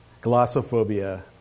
glossophobia